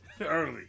early